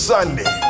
Sunday